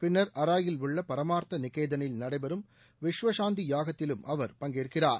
பின்னர் அராயில் உள்ள பரமார்த்த நிகேர்த்தனில் நடைபெறும் விஷ்வஷாந்தி யாகத்திலும் அவர் பங்கேற்கிறார்